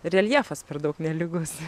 reljefas per daug nelygus